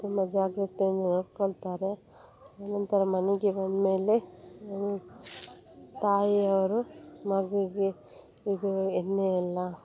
ತುಂಬ ಜಾಗ್ರತೆಯಿಂದ ನೋಡಿಕೊಳ್ತಾರೆ ಆ ನಂತರ ಮನೆಗೆ ಬಂದಮೇಲೆ ತಾಯಿ ಅವರು ಮಗುವಿಗೆ ಇದು ಎಣ್ಣೆ ಎಲ್ಲ